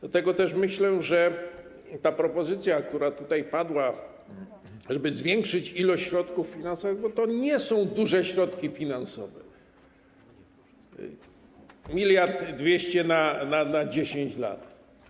Dlatego też myślę, że propozycja, która tutaj padła, żeby zwiększyć ilość środków finansowych, bo to nie są duże środki finansowe - 1 200 mln na 10 lat.